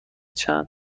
چند